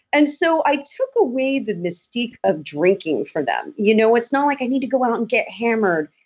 and so i took away the mystique of drinking for them. you know it's not like i need to go out and get hammered.